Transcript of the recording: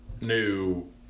new